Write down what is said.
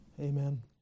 Amen